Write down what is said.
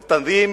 פי אל-תנט'ים,